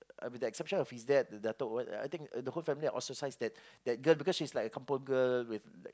I mean the exception of his Dad dental or what I think the whole family I ostracize that that girl because she's like a Kampong girl with like